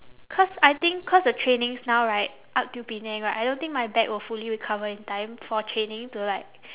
cause I think cause the trainings now right up till penang right I don't think my back will fully recover in time for training to like